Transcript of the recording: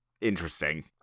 interesting